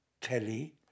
telly